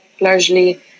largely